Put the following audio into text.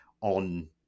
on